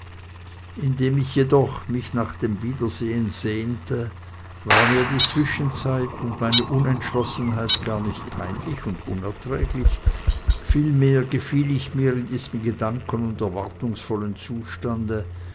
indem ich jedoch mich nach dem wiedersehen sehnte war mir die zwischenzeit und meine unentschlossenheit gar nicht peinlich und unerträglich vielmehr gefiel ich mir in diesem gedanken und erwartungsvollen zustande